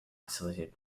isolated